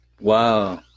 Wow